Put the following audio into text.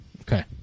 Okay